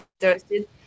interested